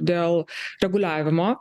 dėl reguliavimo